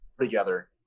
together